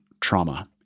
trauma